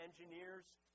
engineers